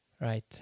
right